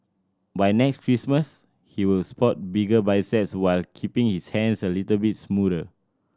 by next Christmas he will spot bigger biceps while keeping his hands a little bit smoother